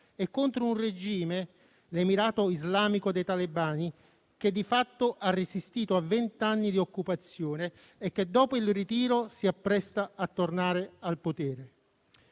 e contro un regime - l'Emirato islamico dei talebani - che di fatto ha resistito a vent'anni di occupazione e che, dopo il ritiro, si appresta a tornare al potere.